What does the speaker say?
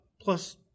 plus